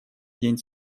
день